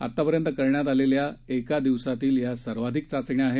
आतापर्यंत करण्यात आलेल्या एका दिवसातील या सर्वाधिक चाचण्या आहेत